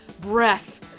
breath